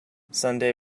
sunday